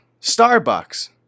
Starbucks